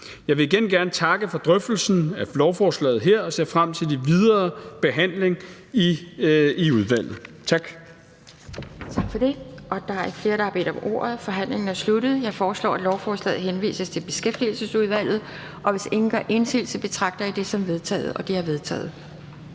Jeg vil igen gerne takke for drøftelsen af lovforslaget her og ser frem til den videre behandling i udvalget. Tak.